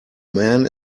man